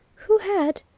who had